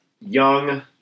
young